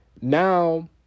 now